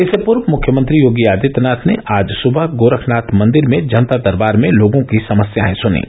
इससे पर्व मुख्यमंत्री योगी आदित्यनाथ ने आज सुबह गोरखनाथ मंदिर में जनता दरबार में लोगों की समस्याए सुनीं